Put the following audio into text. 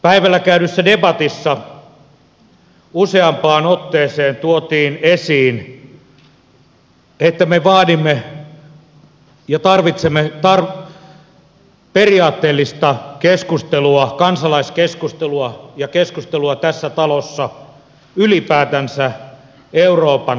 päivällä käydyssä debatissa useampaan otteeseen tuotiin esiin että me vaadimme ja tarvitsemme periaatteellista keskustelua kansalaiskeskustelua ja keskustelua tässä talossa ylipäätänsä euroopan tulevaisuudesta